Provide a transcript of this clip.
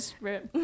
right